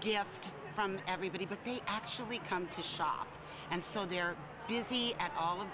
gift from everybody but they actually come to shop and so they're busy at all